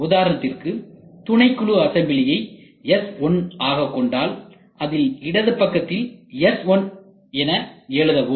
உதாரணத்திற்கு துணைக்குழு அசம்பிளியை S1 ஆக கொண்டால் அதில் இடது பக்கத்தில் S1 என எழுதவும்